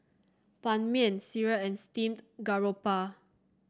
Ban Mian sireh and Steamed Garoupa